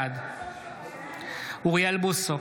בעד אוריאל בוסו,